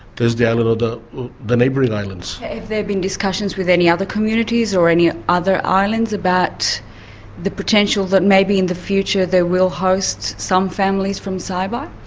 thursday island, or the neighbouring islands. have there been discussions with any other communities or any other islands about the potential that maybe in the future they will host some families from saibai?